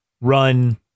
run